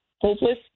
hopeless